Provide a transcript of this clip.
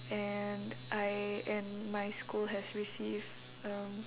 and I and my school has receive um